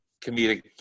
comedic